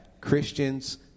Christians